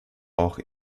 auch